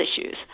issues